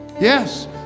Yes